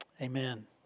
Amen